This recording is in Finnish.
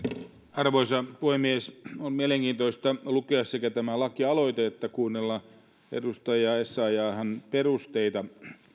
arvoisa puhemies on mielenkiintoista sekä lukea tämä lakialoite että kuunnella edustaja essayahn perusteita